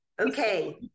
Okay